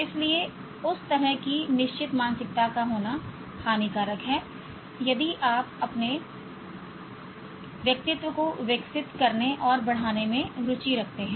इसलिए उस तरह की निश्चित मानसिकता का होना हानिकारक है खासकर यदि आप अपने व्यक्तित्व को विकसित करने और बढ़ाने में रुचि रखते हैं